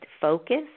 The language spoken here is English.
focus